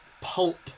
pulp